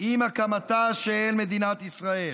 עם הקמתה של מדינת ישראל.